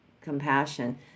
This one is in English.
compassion